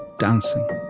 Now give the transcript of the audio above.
dancing.